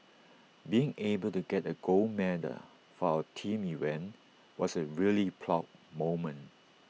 being able to get A gold medal for our team event was A really proud moment